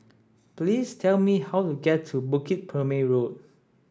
please tell me how to get to Bukit Purmei Road